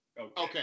okay